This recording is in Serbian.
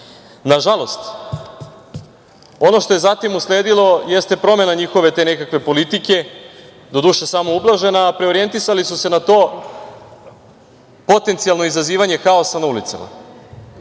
porodici. Nažalost, ono što je zatim usledilo, jeste promena te njihove nekakve politike, doduše samo ublažena, a preorijentisali su se na to potencijalno izazivanje haosa na ulicama